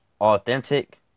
authentic